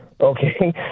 Okay